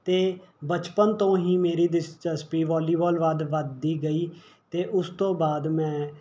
ਅਤੇ ਬਚਪਨ ਤੋਂ ਹੀ ਮੇਰੀ ਦਿਲਚਸਪੀ ਵਾਲੀਬਾਲ ਵੱਧ ਵੱਧਦੀ ਗਈ ਅਤੇ ਉਸ ਤੋਂ ਬਾਅਦ ਮੈਂ